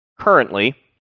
currently